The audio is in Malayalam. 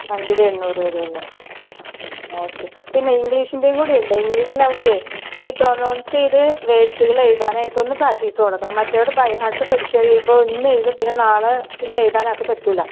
മന്ത്ലി എണ്ണൂറ് വരുമല്ലേ എന്നാൽ ഓക്കെ പിന്നെ ഇംഗ്ലീഷിൻ്റെയും കൂടെയുണ്ട് ഇംഗ്ലീഷിലവൾക്കെ ഈ പ്രെനൗൺസ് ചെയ്ത് വേർഡ്സുകൾ എഴുതാനായിട്ടൊന്ന് പ്രാക്ടീസ് തുടങ്ങണം മറ്റവൾ ബൈ ഹാർട്ട് പഠിച്ച് കഴിയുമ്പോൾ ഇന്നെഴുതും പിന്നെ നാളെ പിന്നെ എഴുതാൻ അവൾക്ക് പറ്റില്ല